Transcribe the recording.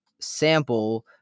sample